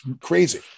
crazy